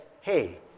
hey